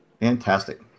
Fantastic